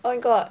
oh my god